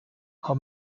how